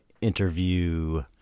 interview